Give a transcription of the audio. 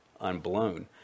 unblown